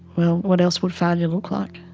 well, what else would failure look like?